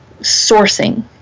sourcing